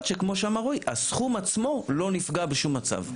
שכמו אמר רועי הסכום עצמו לא נפגע בשום מצב.